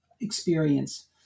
experience